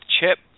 Chip